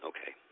Okay